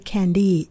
Candy